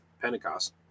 Pentecost